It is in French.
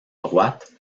droite